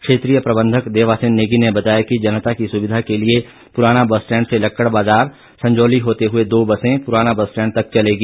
क्षेत्रीय प्रबंधक देवासैन नेगी ने बताया कि जनता की सुविधा के लिए पुराना बस स्टैंड से लक्कड़ बाजार संजौली होते हुए दो बसें पुराना बस स्टैंड तक चलेगी